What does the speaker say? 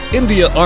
India